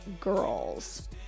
girls